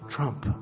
Trump